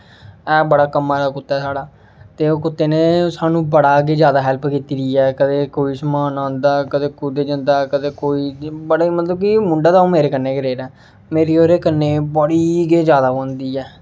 ऐ बड़ा कम्मा दा कुत्ता साढ़ा ते ओह् कुत्ते ने सानूं बड़ा गै जादा हेल्प कीती दी ऐ कदें कोई समान आंदा कदें कुदै जंदा कदें कुदै कोई बडे़ मतलब कि मुंडै दा ओह् मेरे कन्नै गै रेह् दा मेरी ओह्दे कन्नै बड़ी गै जादा बनदी ऐ